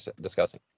discussing